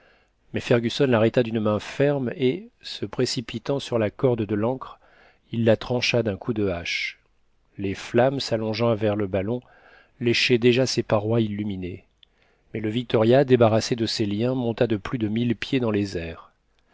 mais fergusson l'arrêta d'une main ferme et se précipitant sur la corde de l'ancre il la trancha d'un coup de hache les flammes s'allongeant vers le ballon léchaient déjà ses parois illuminées mais le victoria débarrassé de ses liens monta de plus de mille pieds dans les airs